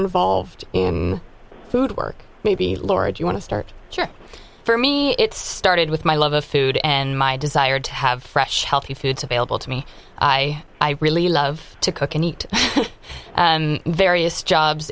involved in food work maybe laura do you want to start for me it's started with my love of food and my desire to have fresh healthy foods available to me i really love to cook and eat various jobs